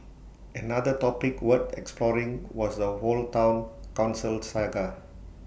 another topic worth exploring was the whole Town Council saga